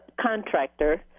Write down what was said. contractor